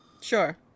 Sure